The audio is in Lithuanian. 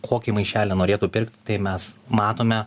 kokį maišelį norėtų pirkti tai mes matome